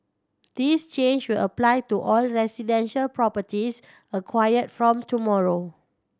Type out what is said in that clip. this change will apply to all residential properties acquired from tomorrow